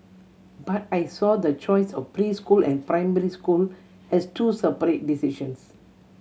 but I saw the choice of preschool and primary school as two separate decisions